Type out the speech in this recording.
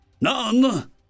None